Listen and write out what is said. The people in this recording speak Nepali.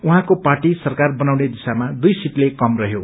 उझैंको पार्टी सरकार बनाउने दिशामा दुइ सीटले कम रहयो